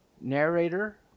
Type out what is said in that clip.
Narrator